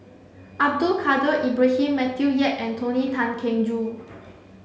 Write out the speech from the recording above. Abdul Kadir Ibrahim Matthew Yap and Tony Tan Keng Joo